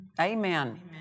Amen